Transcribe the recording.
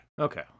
Okay